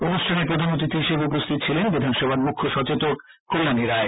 অনুষ্ঠানের প্রধান অতিখি হিসাবে উপস্থিত ছিলেন বিধানসভার মুখ্য সচেতক কল্যানী রায়